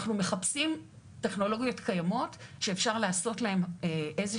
אנחנו מחפשים טכנולוגיות קיימות שאפשר לעשות להן איזה